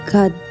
God